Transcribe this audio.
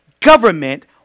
government